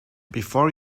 before